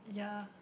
ya